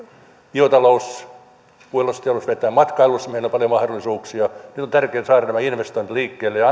biotalous puunjalostusteollisuus vetävät matkailussa meillä on paljon mahdollisuuksia nyt on tärkeää saada nämä investoinnit liikkeelle ja